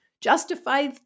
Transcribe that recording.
justify